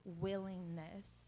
willingness